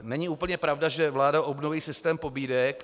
Není úplně pravda, že vláda obnoví systém pobídek.